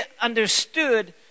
understood